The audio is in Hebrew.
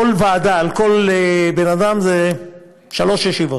כל ועדה על כל בן-אדם זה שלוש ישיבות,